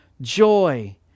joy